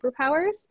superpowers